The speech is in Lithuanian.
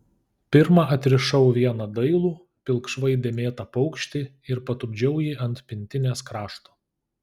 pirma atrišau vieną dailų pilkšvai dėmėtą paukštį ir patupdžiau jį ant pintinės krašto